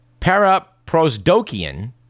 paraprosdokian